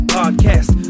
Podcast